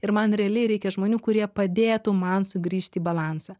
ir man realiai reikia žmonių kurie padėtų man sugrįžt į balansą